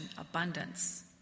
abundance